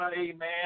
amen